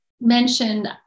mentioned